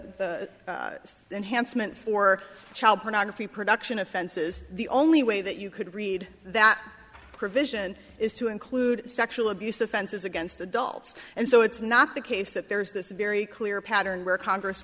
one the enhancement for child pornography production offenses the only way that you could read that provision is to include sexual abuse offenses against adults and so it's not the case that there's this very clear pattern where congress